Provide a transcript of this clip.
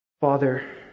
Father